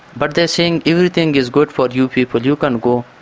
but they are saying everything is good for you people, you can go.